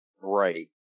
right